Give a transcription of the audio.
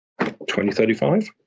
2035